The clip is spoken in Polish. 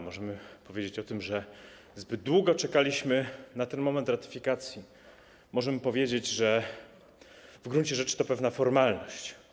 Możemy powiedzieć o tym, że zbyt długo czekaliśmy na ten moment ratyfikacji, możemy powiedzieć, że w gruncie rzeczy to pewna formalność.